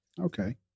Okay